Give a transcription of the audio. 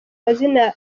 mazina